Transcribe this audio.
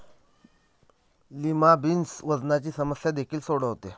lima beans वजनाची समस्या देखील सोडवते